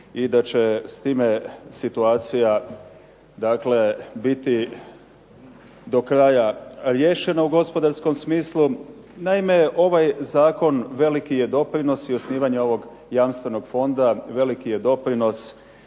i da će s time situacija dakle biti do kraja riješena u gospodarskom smislu. Naime, ovaj zakon veliki je doprinos i osnivanje ovog jamstvenog fonda veliki je doprinos